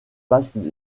passent